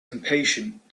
impatient